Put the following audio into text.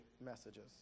messages